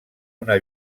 una